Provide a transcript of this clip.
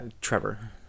trevor